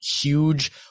huge